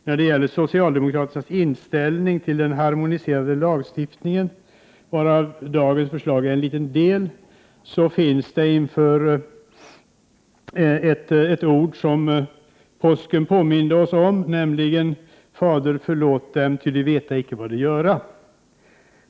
När det gäller socialdemokraternas inställning till en harmoniserande lagstiftning, varav dagens förslag är en liten del, så finns det ord som påsken påminde oss om, nämligen ”Fader förlåt dem, ty de veta icke vad de göra”.